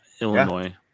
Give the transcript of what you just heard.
Illinois